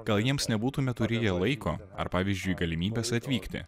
gal jiems nebūtume turėję laiko ar pavyzdžiui galimybės atvykti